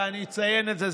ואני אציין את זה,